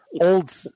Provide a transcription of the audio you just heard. Old